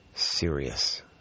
serious